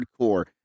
hardcore